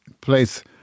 place